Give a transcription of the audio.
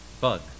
bug